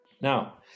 Now